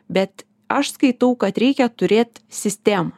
bet aš skaitau kad reikia turėt sistemą